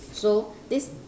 so this